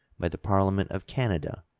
by the parliament of canada,